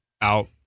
out